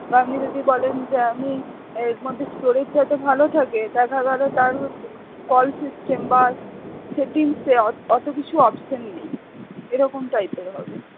আপনি যদি বলেন যে আমি এর মধ্যে স্টোরেজ যাতে ভালো থাকে দেখা গেল তার কল সিস্টেম বা সেটিংসে অতো কিছু অপশান নেই এরকম টাইপের হবে